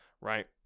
right